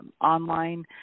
online